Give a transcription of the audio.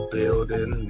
Building